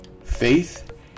Faith